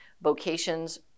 vocations